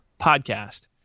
podcast